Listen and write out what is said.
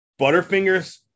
butterfingers